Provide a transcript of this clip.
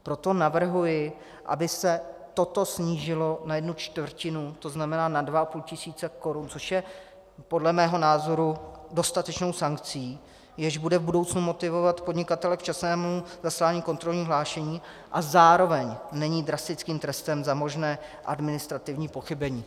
Proto navrhuji, aby se toto snížilo na jednu čtvrtinu, to znamená na 2,5 tisíce korun, což je podle mého názoru dostatečnou sankcí, jež bude v budoucnu motivovat podnikatele k včasnému zaslání kontrolního hlášení a zároveň není drastickým trestem za možné administrativní pochybení.